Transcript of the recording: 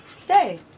Stay